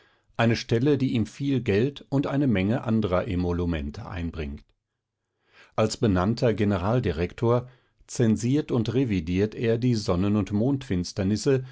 eine stelle die ihm viel geld und eine menge anderer emolumente einbringt als benannter generaldirektor zensiert und revidiert er die sonnen